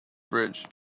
bridge